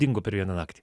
dingo per vieną naktį